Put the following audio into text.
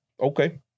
okay